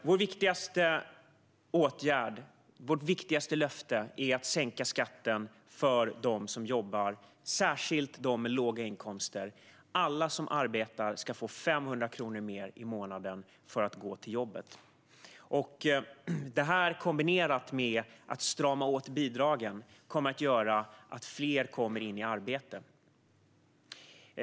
Vår viktigaste åtgärd och vårt viktigaste löfte är att sänka skatten för dem som jobbar, särskilt för dem med låga inkomster. Alla som arbetar ska få 500 kronor mer i månaden för att gå till jobbet. Det här kombinerat med åtstramning av bidragen kommer att göra att fler kommer i arbete.